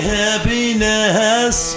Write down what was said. happiness